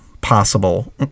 possible